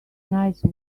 nice